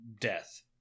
death